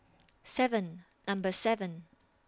seven Number seven